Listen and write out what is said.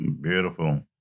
Beautiful